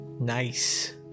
Nice